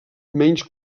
menys